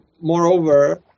moreover